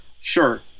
Sure